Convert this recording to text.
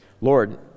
Lord